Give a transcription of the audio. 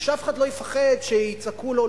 ושאף אחד לא יפחד שיצעקו לו.